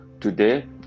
Today